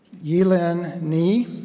yi lin ni,